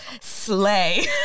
Slay